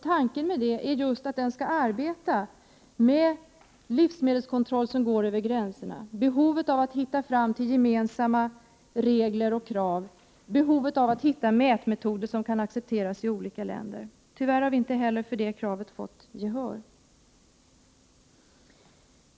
Tanken är just den att den skall arbeta med livsmedelskontroll som går över gränserna. Det gäller behovet av att hitta fram till gemensamma regler och krav, behovet av att finna mätmetoder som kan accepteras i olika länder. Tyvärr har vi inte heller fått något gehör för detta krav.